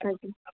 ଆଜ୍ଞା